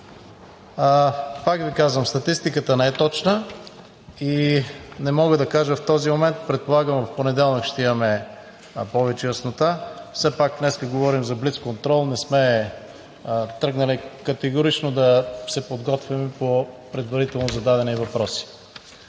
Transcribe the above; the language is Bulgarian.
Пак Ви казвам, статистиката не е точна и не мога да кажа в този момент. Предполагам, в понеделник ще имаме повече яснота. Все пак днес говорим за блицконтрол, не сме тръгнали категорично да се подготвяме по предварително зададени въпроси.